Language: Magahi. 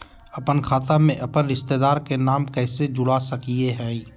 अपन खाता में अपन रिश्तेदार के नाम कैसे जोड़ा सकिए हई?